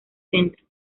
centro